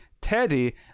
Teddy